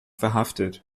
verhaftet